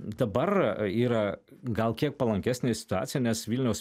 dabar yra gal kiek palankesnė situacija nes vilniaus